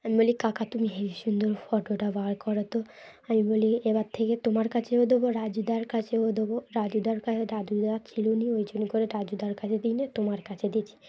আমি বলি কাকা তুমি হেবি সুন্দর ফটোটা বার কর তো আমি বলি এবার থেকে তোমার কাছেও দেবো রাজুদার কাছেও দেবো রাজুদার কাছে রাজুদার ছিল নি ওই জন্য করে রাজুদার কাছে দিনে তোমার কাছে দিয়েছি